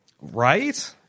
Right